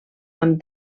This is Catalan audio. amb